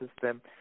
system